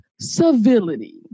civility